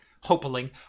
hoping